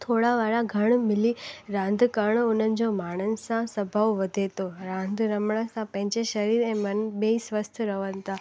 थोरा वारा घण मिली रांधि करणु हुननि जो माण्हुनि सां स्वभाव वधे थो रांधि रमण सां पंहिंजे शरीर ऐं मन बि स्वस्थ रहनि था